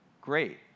Great